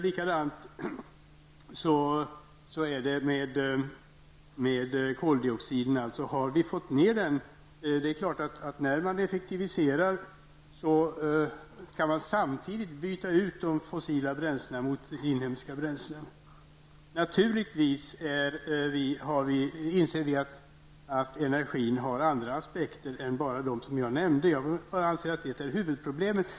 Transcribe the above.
Likadant kan man göra med koldioxidutsläppen. När man effektiviserar kan man samtidigt byta ut de fossila bränslerna mot inhemska bränslen. Vi inser naturligtvis att det finns andra aspekter på energin än dem som jag nämnde. Men jag anser att detta är huvudproblemet.